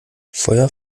feuer